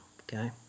okay